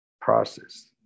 process